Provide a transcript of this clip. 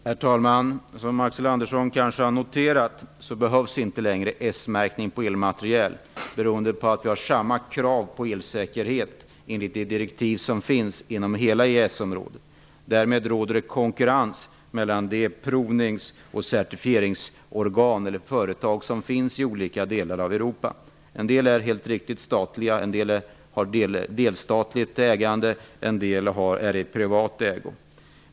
Herr talman! Axel Andersson har kanske noterat att det inte längre behövs någon s-märkning på elmateriel. Det beror på att det är samma krav på elsäkerheten, enligt de direktiv som finns, inom hela EES-området. Därmed råder det konkurrens mellan de provnings och certifieringsorgan, eller företag, som finns i olika delar av Europa. En del är helt riktigt statligt ägda, en del är delstatligt ägda, och en del är i privat ägo.